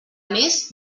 més